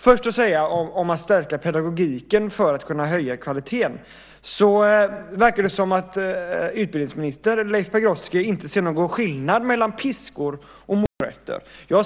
När det gäller att stärka pedagogiken för att höja kvaliteten verkar det som om utbildningsminister Leif Pagrotsky inte ser någon skillnad mellan piskor och morötter.